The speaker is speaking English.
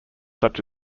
such